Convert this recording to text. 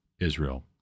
Israel